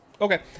Okay